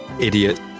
idiot